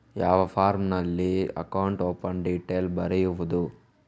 ಯಾವ ಫಾರ್ಮಿನಲ್ಲಿ account open detail ಬರೆಯುವುದು?